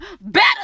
better